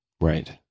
right